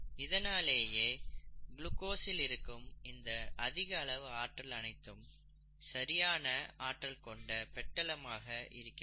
இதனாலேயே குளுக்கோசில் இருக்கும் இந்த அதிக அளவு ஆற்றல் அனைத்தும் சரியான ஆற்றல் கொண்ட பொட்டலமாக இருக்கிறது